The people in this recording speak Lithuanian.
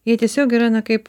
jie tiesiog yra na kaip